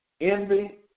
envy